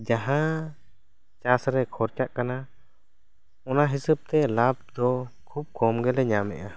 ᱡᱟᱦᱟᱸ ᱪᱟᱥ ᱨᱮ ᱠᱷᱚᱨᱪᱟᱜ ᱠᱟᱱᱟ ᱚᱱᱟ ᱦᱤᱥᱟᱹᱵ ᱛᱮ ᱞᱟᱵᱽ ᱫᱚ ᱠᱷᱩᱵ ᱠᱚᱢ ᱜᱮᱞᱮ ᱧᱟᱢᱮᱜᱼᱟ